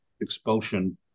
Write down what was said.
expulsion